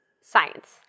science